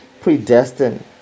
predestined